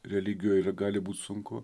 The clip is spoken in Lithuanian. religijoj ir gali būt sunku